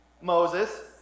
Moses